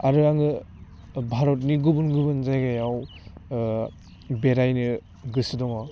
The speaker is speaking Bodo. आरो आङो भारतनि गुबुन गुबुन जायगायाव बेरायनो गोसो दङ